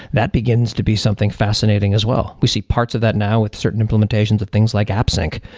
that begins to be something fascinating as well. we see parts of that now with certain implementations of things like appsync,